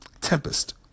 tempest